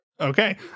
Okay